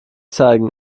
zeigen